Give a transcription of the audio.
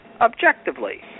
objectively